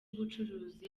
ubucuruzi